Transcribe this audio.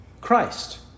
Christ